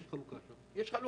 יש חלוקה.